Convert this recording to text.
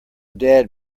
dad